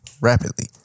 rapidly